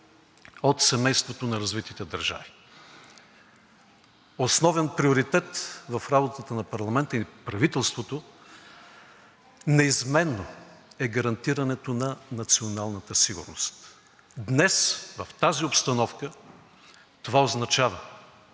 от семейството на развитите държави. Основен приоритет в работата на парламента и правителството неизменно е гарантирането на националната сигурност. Днес в тази обстановка това означава